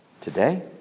today